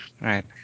right